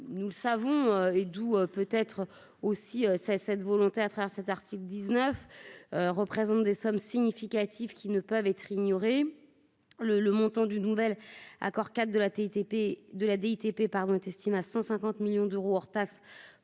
nous le savons et d'où peut être aussi, c'est cette volonté à travers cet article 19 représentent des sommes significatives qui ne peuvent être ignorés. Le le montant du nouvel accord-cadre de la TIPP de la DTP pardon, estime à 150 millions d'euros hors taxes